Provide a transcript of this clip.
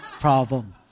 problem